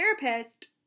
therapist